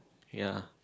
ya